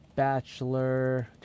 Bachelor